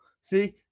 See